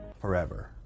forever